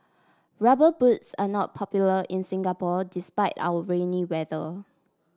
rubber boots are not popular in Singapore despite our rainy weather